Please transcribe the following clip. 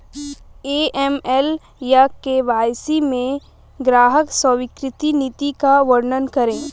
AML या KYC में ग्राहक स्वीकृति नीति का वर्णन करें?